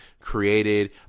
created